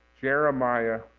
Jeremiah